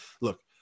look